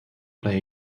play